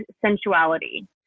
Sensuality